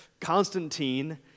Constantine